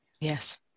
Yes